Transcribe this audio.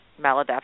maladaptive